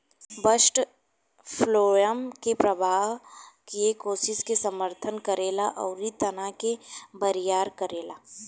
bast phloem के प्रवाह किये कोशिका के समर्थन करेला अउरी तना के बरियार करेला